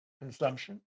consumption